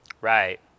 Right